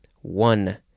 one